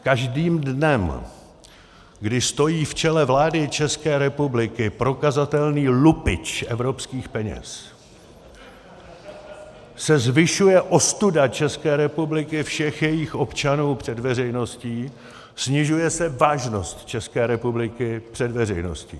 Každým dnem, kdy stojí v čele vlády České republiky prokazatelný lupič evropských peněz , se zvyšuje ostuda České republiky, všech jejích občanů před veřejností, snižuje se vážnost České republiky před veřejností.